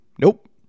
Nope